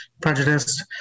prejudiced